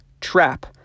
trap